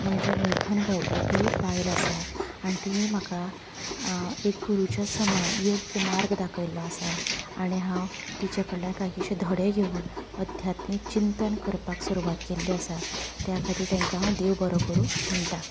म्हणजे मेघन गांवकर ही बायल आसा आनी तिणी म्हाका एक गुरूच्या समान योग्य मार्ग दाखयल्लो आसा आनी हांव तिचे कडल्यान काहीशें धडे घेवन अध्यात्मीक चिंतन करपाक सुरवात केल्ली आसा त्या खातीर तेंकां हांव देव बरो करूं म्हणटा